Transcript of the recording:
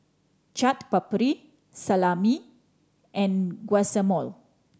Chaat Papri Salami and Guacamole